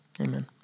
Amen